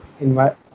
invite